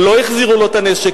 לא החזירו לו את הנשק.